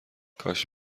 کاش